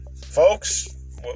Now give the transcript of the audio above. folks